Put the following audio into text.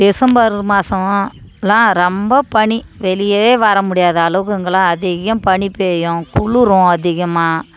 December மாசமெலாம் லாம் ரொம்ப பனி வெளியவே வர முடியாத அளவுக்கு இங்கெல்லாம் அதிகம் பனிப் பெய்யும் குளுரும் அதிகமாக